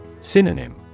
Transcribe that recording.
Synonym